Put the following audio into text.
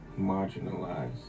marginalized